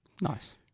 Nice